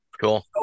Cool